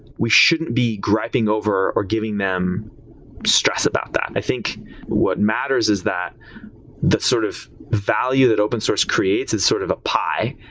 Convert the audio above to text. we shouldn't be griping over or giving them stress about that. i think what matters is that the sort of value that open source creates is sort of a pie,